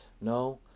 No